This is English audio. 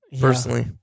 Personally